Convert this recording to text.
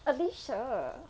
alicia